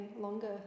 longer